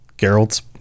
Geralt's